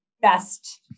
best